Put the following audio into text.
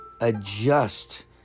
adjust